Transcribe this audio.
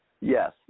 Yes